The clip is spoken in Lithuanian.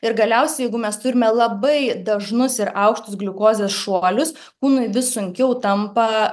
ir galiausiai jeigu mes turime labai dažnus ir aukštus gliukozės šuolius kūnui vis sunkiau tampa